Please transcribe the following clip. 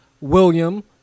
William